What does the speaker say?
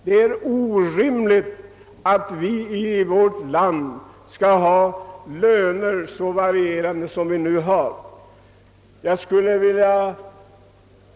Det är orimligt att vi i vårt land skall ha så varierande löner som nu är fallet.